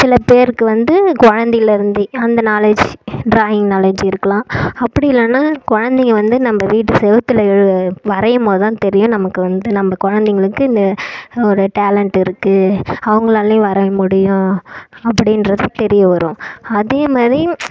சில பேருக்கு வந்து குழந்தையிலேருந்தே அந்த நாலேஜ் ட்ராயிங் நாலேஜ் இருக்கலாம் அப்படி இல்லைன்னா குழந்தைங்க வந்து நம்ப வீட்டு செவத்துல எழு வரையும்போது தான் தெரியும் நமக்கு வந்து நம்ப குழந்தைங்களுக்கு இந்த ஒரு டேலண்ட் இருக்குது அவங்களாலயும் வரைய முடியும் அப்பிடின்றது தெரியவரும் அதேமாரி